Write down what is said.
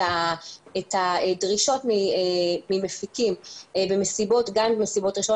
הדרישות ממפיקים במסיבות וגם במסיבות רישיון.